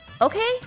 okay